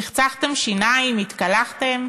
צחצחתם שיניים, התקלחתם,